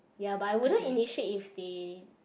ya but I wouldn't initiate if they